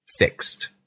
fixed